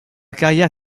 carrière